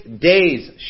days